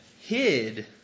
hid